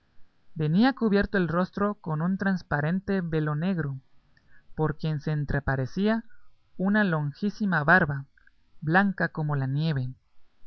venía cubierto el rostro con un trasparente velo negro por quien se entreparecía una longísima barba blanca como la nieve